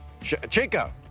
Chico